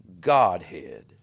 Godhead